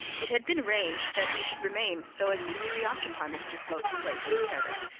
it had been arranged that he should remain so as to preoccupy mr slope's place in the carriage,